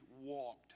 walked